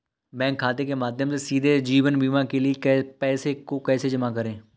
Bank खाते के माध्यम से सीधे जीवन बीमा के लिए पैसे को कैसे जमा करें?